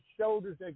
shoulders